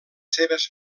seves